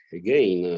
again